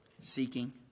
seeking